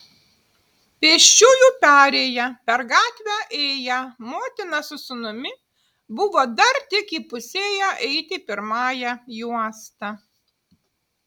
pėsčiųjų perėja per gatvę ėję motina su sūnumi buvo dar tik įpusėję eiti pirmąja juosta